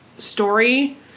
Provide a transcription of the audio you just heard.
story